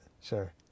Sure